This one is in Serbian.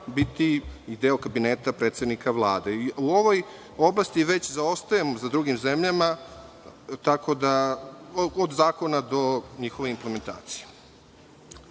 biti i deo Kabineta predsednika Vlade? U ovoj oblasti već zaostajemo za drugim zemljama, od zakona do njihove implementacije. Građanska